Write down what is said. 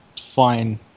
fine